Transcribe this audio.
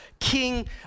king